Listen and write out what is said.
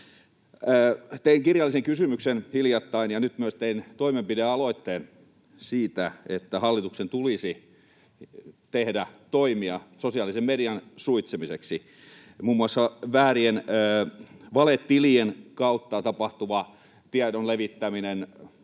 kirjallisen kysymyksen ja nyt tein myös toimenpidealoitteen siitä, että hallituksen tulisi tehdä toimia sosiaalisen median suitsimiseksi. Muun muassa väärien valetilien kautta tapahtuva tiedon levittäminen,